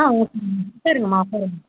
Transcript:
ஆ உக்காருங்கம்மா உக்காருங்க